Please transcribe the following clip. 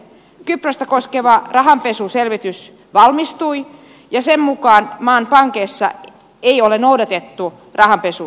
kyprosta koskeva rahanpesuselvitys valmistui ja sen mukaan maan pankeissa ei ole noudatettu rahanpesusäädöksiä